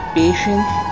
patience